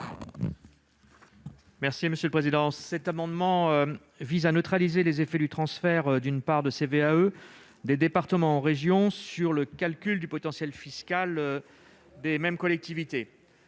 M. Didier Marie. Cet amendement vise à neutraliser les effets du transfert d'une part de CVAE des départements aux régions sur le calcul du potentiel fiscal de ces collectivités